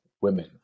women